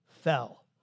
fell